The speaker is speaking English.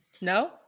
No